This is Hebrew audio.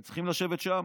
והם צריכים לשבת שם,